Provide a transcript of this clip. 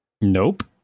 Nope